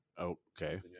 Okay